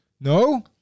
no